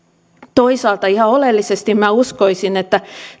toisaalta ihan oleellisesti minä uskoisin että